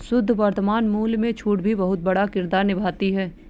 शुद्ध वर्तमान मूल्य में छूट भी बहुत बड़ा किरदार निभाती है